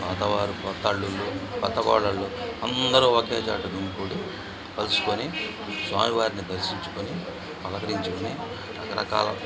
పాత వారు కొత్త అల్లుళ్ళు కొత్త కోడళ్ళు అందరు ఒకే చోట గుమి కూడి కలుసుకొని స్వామి వారిని దర్శించుకొని అలంకరించుకొని రకరకాల